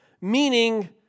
meaning